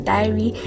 Diary